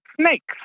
snakes